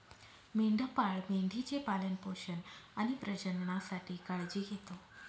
मेंढपाळ मेंढी चे पालन पोषण आणि प्रजननासाठी काळजी घेतो